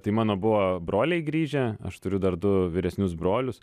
tai mano buvo broliai grįžę aš turiu dar du vyresnius brolius